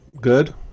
Good